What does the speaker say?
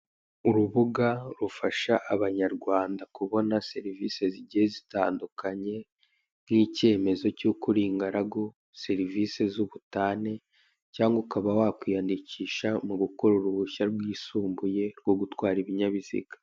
Urubuga rufasha abanyarwanda kubona serivise zigiye zitandukanye, nk'icyemezo cy'uko uri ingaragu, srivise z'ubutane, cyangwa ukaba wakwiyandikisha mu gukorera uruhushya rwisumbuye rwo gutwara ibinyabiziga.